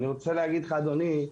אני רוצה להגיד לך, אדוני,